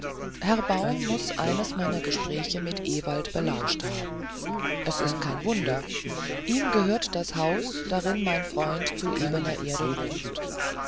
herr baum muß eines meiner gespräche mit ewald belauscht haben es ist kein wunder ihm gehört das haus darin mein freund zu ebener erde wohnt